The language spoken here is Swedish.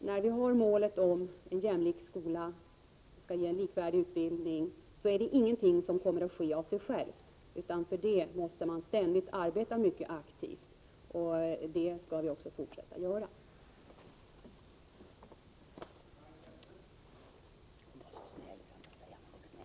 Målet en Omskolutbild: jämlik skola som skall ge en likvärdig utbildning nås inte utan vidare. Man ningen måste ständigt arbeta mycket aktivt för det, och det skall vi fortsätta att göra.